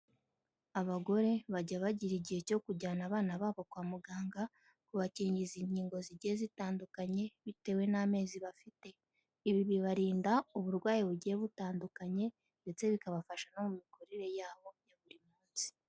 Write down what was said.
Abagore bajya bagira igihe cyo kujyana abana babo kwa muganga kubakingiza inkingo zigiye zitandukanye bitewe n'amezi bafite, ibi bibarinda uburwayi bugiye butandukanye, ndetse bikabafasha no mu mikurire yabo ya buri munsi.